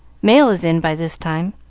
mail is in by this time.